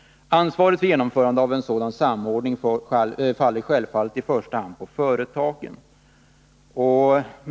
Ansvaret för genomförandet av en sådan samordning faller självfallet i första hand på företagen.